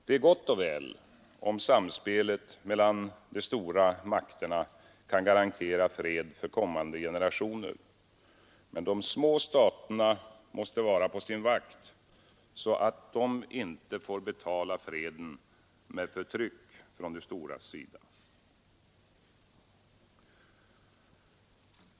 Det är gott och väl om samspelet mellan de stora makterna kan garantera fred för kommande generationer, men de små staterna måste vara på sin vakt, så att de inte får betala freden med förtryck från de storas sida.